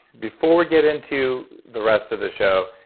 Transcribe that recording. before we get into the rest of the show,